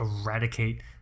eradicate